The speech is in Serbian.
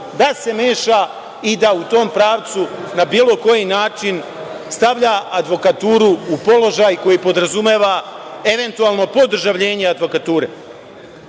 da se meša i da u tom pravcu na bilo koji način stavlja advokaturu u položaj koji podrazumeva eventualno podržavljenje advokature. Kada